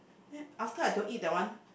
then after I don't eat that one